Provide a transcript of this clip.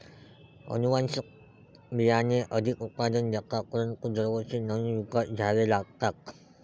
अनुवांशिक बियाणे अधिक उत्पादन देतात परंतु दरवर्षी नवीन विकत घ्यावे लागतात